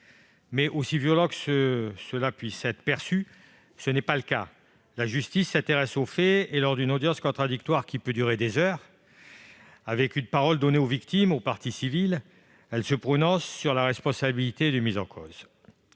Aussi violent que cela puisse paraître, tel n'est pas le cas : la justice s'intéresse aux faits et, lors d'une audience contradictoire qui peut durer des heures, où la parole est donnée aux victimes et aux parties civiles, elle se prononce sur la responsabilité du mis en cause.